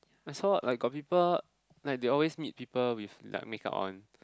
I saw like got people like they always need people with like make up one